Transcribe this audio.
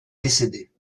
décédée